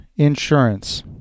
insurance